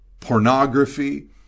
pornography